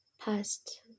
past